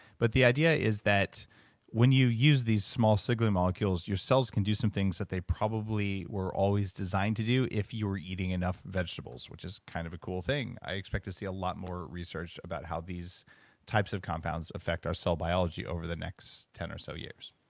but the idea is that when you use these small molecules, your cells can do some things that they probably were always designed to do if you were eating enough vegetables, which is kind of a cool thing. i expect to see a lot more research about how these types of compounds affect our cell biology over the next ten or so years